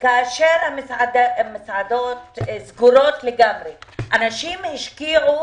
כאשר המסעדות סגורות לגמרי, אנשים השקיעו